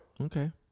Okay